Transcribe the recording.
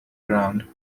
ground